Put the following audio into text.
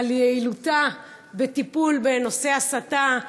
על יעילותה בטיפול בנושאי הסתה,